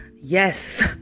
Yes